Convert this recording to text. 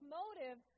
motive